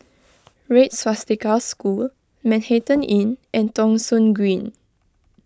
Red Swastika School Manhattan Inn and Thong Soon Green